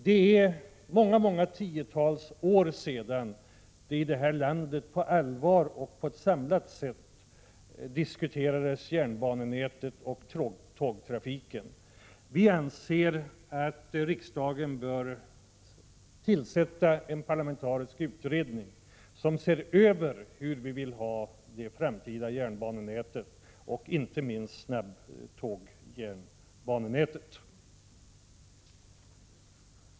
Det är många tiotals år sedan vi i det här landet på allvar och på ett samlat sätt diskuterade järnbanenät och tågtrafiken. Vi anser att riksdagen bör tillsätta en parlamentarisk utredning som ser över hur vi skall ha det framtida järnbanenätet, inte minst snabbtågsbanenätet.